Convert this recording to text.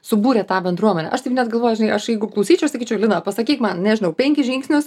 subūrėt tą bendruomenę aš taip net galvoju žinai aš jeigu klausyčiau sakyčiau lina pasakyk man nežinau penkis žingsnius